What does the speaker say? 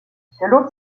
selon